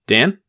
Dan